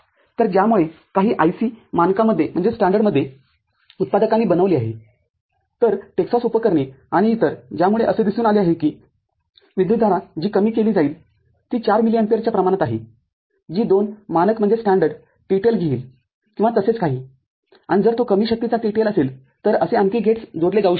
तरज्यामुळे काही IC मानकामध्येउत्पादकांनी बनविले आहे तरटेक्सास उपकरणे आणि इतरत्यामुळे असे दिसून आले आहे की विद्युतधारा जी कमी केली जाईल ती ४ मिलीअँपिअरच्या प्रमाणात आहे जी २ मानक TTL घेईल किंवा तसेच काही आणि जर तो कमी शक्तीचा TTL असेल तर असे आणखी गेट्स जोडले जाऊ शकतात